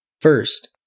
First